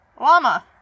Llama